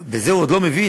בזה הוא עוד לא מבין.